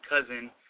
cousin